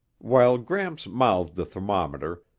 while gramps mouthed the thermometer,